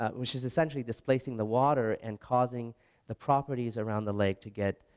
ah which is essentially displacing the water and causing the properties around the lake to get,